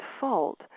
fault